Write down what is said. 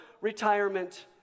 retirement